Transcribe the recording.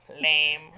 lame